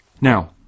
Now